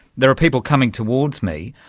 there are people coming towards me,